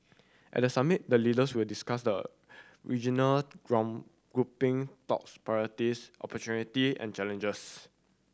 at the summit the leaders will discuss the regional grouping tops priorities opportunity and challenges